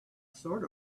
sort